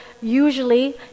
usually